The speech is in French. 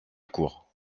cour